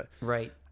Right